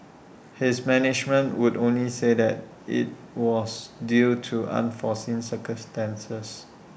his management would only say that IT was due to unforeseen circumstances